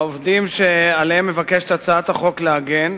העובדים שעליהם מבקשת הצעת החוק להגן,